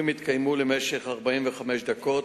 גברתי היושבת-ראש, כנסת נכבדה,